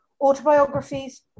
Autobiographies